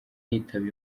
yitaba